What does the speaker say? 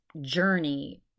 journey